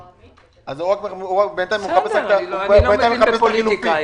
למען האמת, אני לא מבין בפוליטיקה.